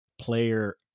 player